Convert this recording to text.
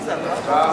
הצבעה.